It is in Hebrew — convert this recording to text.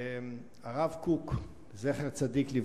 הרב קוק זצ"ל,